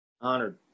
Honored